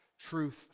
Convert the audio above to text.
truth